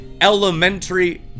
elementary